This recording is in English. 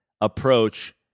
approach